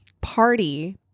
party